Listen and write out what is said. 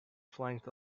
flanked